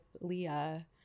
Leah